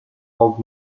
hog